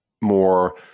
more